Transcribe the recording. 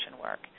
work